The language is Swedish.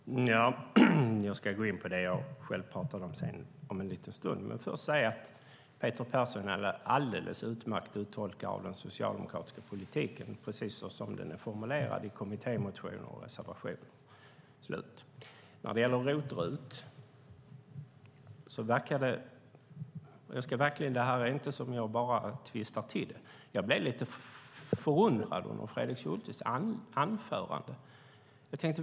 Herr talman! Jag ska gå in på det som jag själv pratade om senare. Först vill jag säga att Peter Persson är en alldeles utmärkt uttolkare av den socialdemokratiska politiken så som den är formulerad i kommittémotioner och reservationer. När det gäller ROT och RUT blev jag lite förundrad under Fredrik Schultes anförande, och det är inte bara som jag tvistar till det.